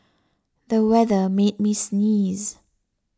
the weather made me sneeze